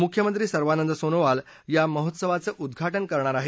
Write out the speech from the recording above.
मृख्यमंत्री सर्वानंद सोनोवाल या महोत्सवाचं उद्घाटन करणार आहेत